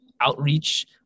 outreach